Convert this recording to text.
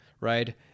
right